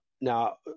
Now